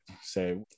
Say